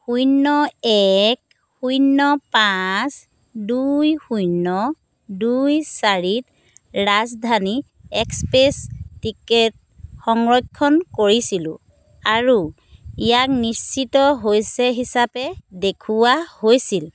শূন্য এক শূন্য পাঁচ দুই শূন্য দুই চাৰিত ৰাজধানী এক্সপ্ৰেছ টিকেট সংৰক্ষণ কৰিছিলো আৰু ইয়াক নিশ্চিত হৈছে হিচাপে দেখুওৱা হৈছিল